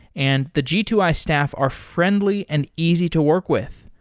and the g two i staff are friendly and easy to work with.